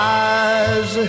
eyes